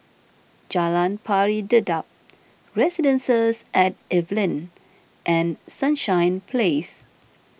Jalan Pari Dedap Residences at Evelyn and Sunshine Place